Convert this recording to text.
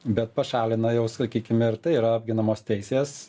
bet pašalina jau sakykime ir tai yra apginamos teisės